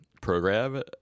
program